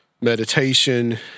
meditation